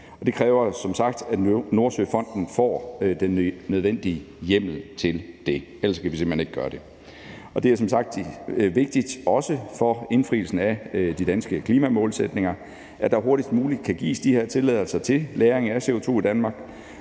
Det kræver som sagt, at Nordsøfonden får den nødvendige hjemmel til det, ellers kan vi simpelt hen ikke gøre det. Det er som sagt vigtigt også for indfrielsen af de danske klimamålsætninger, at der hurtigst muligt kan gives de her tilladelser til lagring af CO2 i Danmark,